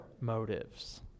motives